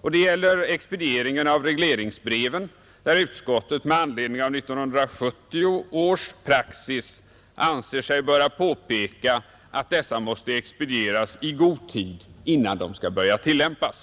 och det gäller också Fredagen den expedieringen av regleringsbreven, där utskottet med anledning av 1970 14 maj 1971 års praxis anser sig böra påpeka att dessa brev måste expedieras i god tid Granskning av statsinnan de skall börja tillämpas.